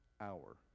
hour